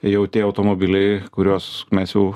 jau tie automobiliai kuriuos mes jau